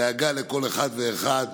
דאג לכל אחד ואחד.